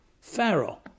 Pharaoh